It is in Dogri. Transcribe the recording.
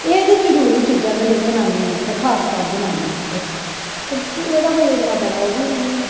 एह् ते जरूरी चीजां न जनानीयें आस्तै खासकर जनानी आस्तै ते एह्दा कोई इ'न्ना बड़ा ओह् बी निं ऐ